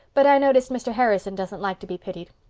but i notice mr. harrison doesn't like to be pitied.